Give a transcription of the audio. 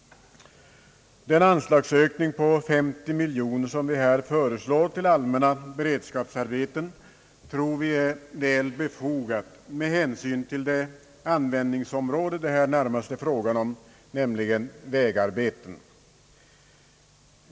Den anslagsökning på 50 miljoner kronor som vi här föreslår till allmänna beredskapsarbeten är enligt vår uppfattning väl befogad med hänsyn till det användningsområde det här närmast är fråga om, nämligen vägarbeten.